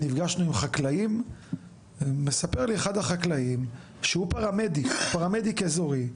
נפגשנו עם חקלאים ומספר לי אחד החקלאים שהוא פרמדיק אזורי,